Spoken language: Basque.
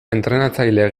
entrenatzaile